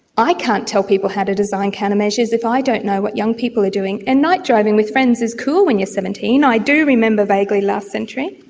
i can't tell people how to design countermeasures if i don't know what young people are doing, and night driving with friends is cool when you're seventeen. i do remember vaguely last century.